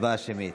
הצבעה שמית,